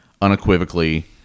unequivocally